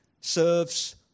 serves